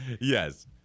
yes